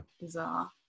bizarre